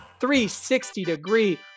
360-degree